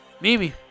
Mimi